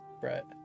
Brett